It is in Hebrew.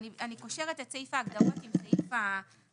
אני קושרת את סעיף ההגדרות עם סעיף הניכוי.